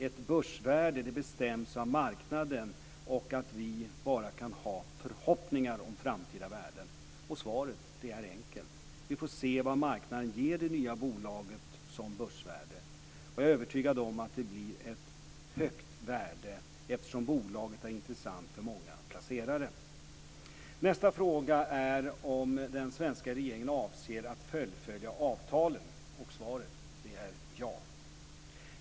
Ett börsvärde bestäms av marknaden, och vi kan bara ha förhoppningar om framtida värden. Svaret är enkelt: Vi får se vad marknaden ger det nya bolaget för börsvärde. Jag är övertygad om att det blir ett högt värde, eftersom bolaget är intressant för många placerare. 2. Nästa fråga är om den svenska regeringen avser att fullfölja avtalen. Svaret är ja. 3.